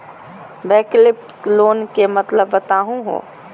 वैकल्पिक लोन के मतलब बताहु हो?